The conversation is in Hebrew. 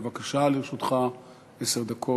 בבקשה, לרשותך עשר דקות.